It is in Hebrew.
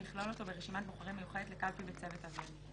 ויכלול אותו ברשימת בוחרים מיוחדת לקלפי לצוות אוויר.